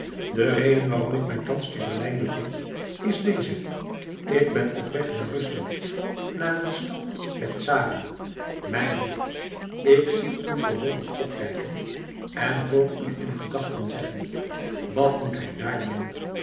de reden waarom ik mij thans te berlijn bevind is deze ik ben op weg naar rusland naar de stad der czaren mij dunkt ik zie u verwonderd opkijken en hoor u in gedachten zeggen wat moet hij dààr doen